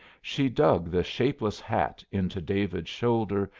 she dug the shapeless hat into david's shoulder,